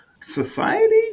society